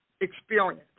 experience